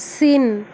চীন